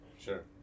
sure